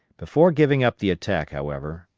before giving up the attack, however,